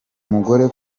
mugore